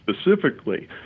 specifically